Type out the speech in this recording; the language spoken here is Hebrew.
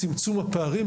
בנוגע לצמצום הפערים,